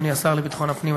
אדוני השר לביטחון הפנים,